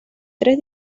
tres